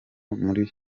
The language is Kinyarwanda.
muri